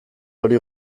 hori